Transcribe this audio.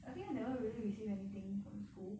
I think I never really receive anything from the school